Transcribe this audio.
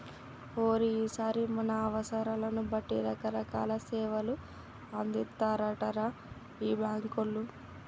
ఓరి ఈరిగా మన అవసరాలను బట్టి రకరకాల సేవలు అందిత్తారటరా ఈ బాంకోళ్లు